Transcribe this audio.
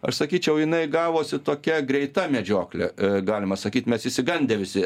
aš sakyčiau jinai gavosi tokia greita medžioklė galima sakyt mes išsigandę visi